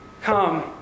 come